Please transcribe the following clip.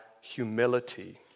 humility